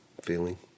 feeling